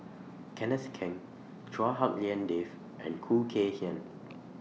Kenneth Keng Chua Hak Lien Dave and Khoo Kay Hian